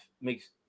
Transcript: makes –